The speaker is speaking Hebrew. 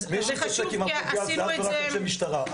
מי שיתעסק עם הפוגע זה אך ורק אנשי משטרה.